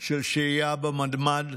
של שהייה בממ"ד.